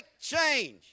change